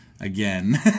again